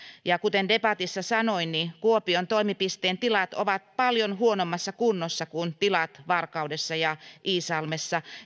kuten debatissa sanoin kuopion toimipisteen tilat ovat paljon huonommassa kunnossa kuin tilat varkaudessa ja iisalmessa